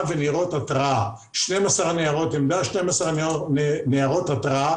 וניירות התראה: 12 ניירות עמדה ו-12 ניירות התראה,